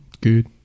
good